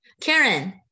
Karen